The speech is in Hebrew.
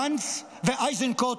גנץ ואיזנקוט,